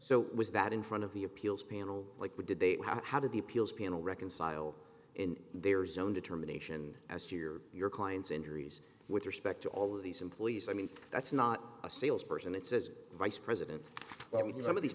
so was that in front of the appeals panel like what did they how did the appeals panel reconcile in their zone determination as to your your client's injuries with respect to all of these employees i mean that's not a sales person it says vice president what would be some of these